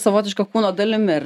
savotiška kūno dalimi ar